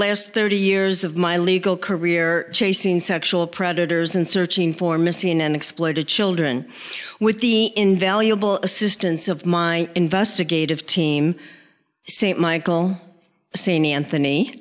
last thirty years of my legal career chasing sexual predators and searching for missing and exploited children with the invaluable assistance of my investigative team st michael seanie anthony